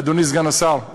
אדוני סגן השר,